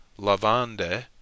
lavande